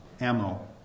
Ammo